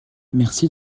merci